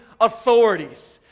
authorities